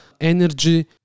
energy